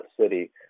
City